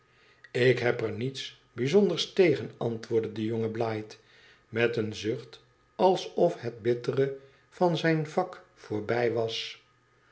ik heb er niets bijzonders tegen antwoordde de jonge blight met een zucht alsof het bittere van zijn vak voorbij was